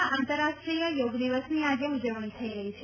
પાંચમાં આંતરરાષ્ટ્રી યોગ દિવસની આજે ઉજવણી થઈ રહી છે